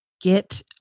Get